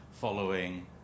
following